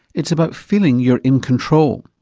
it's about feeling you're in control.